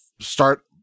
start